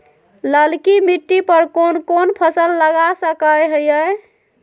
ललकी मिट्टी पर कोन कोन फसल लगा सकय हियय?